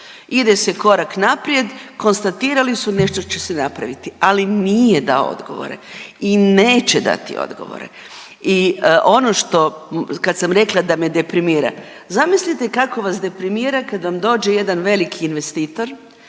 ide se korak naprijed konstatirali su nešto će se napraviti, ali nije dao odgovore i neće dati odgovore. I ono što kad sam rekla da me deprimira, zamislite kako vas deprimira kad vam dođe jedan veliki investitor